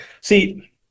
see